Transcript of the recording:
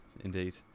indeed